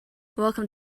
welcome